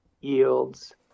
yields